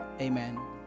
Amen